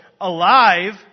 alive